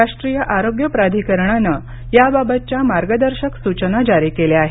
राष्ट्रीय आरोग्य प्राधिकरणानं याबाबतच्या मार्गदर्शक सुचना जारी केल्या आहेत